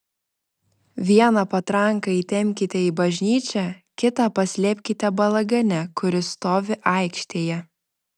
vieną patranką įtempkite į bažnyčią kitą paslėpkite balagane kuris stovi aikštėje